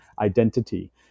identity